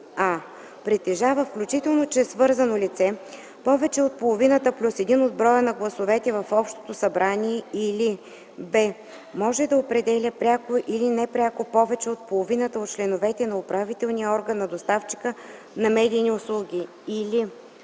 а) притежава включително чрез свързано лице, повече от половината плюс 1 от броя на гласовете в общото събрание, или б) може да определя пряко или непряко повече от половината от членовете на управителния орган на доставчика на медийни услуги, или в)